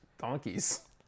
Donkeys